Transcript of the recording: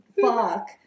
fuck